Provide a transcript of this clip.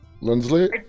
Lindsley